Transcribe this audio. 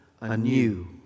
anew